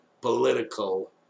political